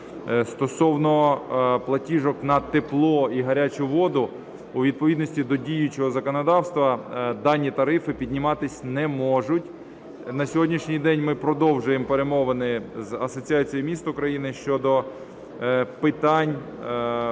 Стосовно платіжок на тепло і гарячу воду, у відповідності до діючого законодавства, дані тарифи підніматися не можуть. На сьогоднішній день ми продовжуємо перемовини з Асоціацією міст України щодо питань,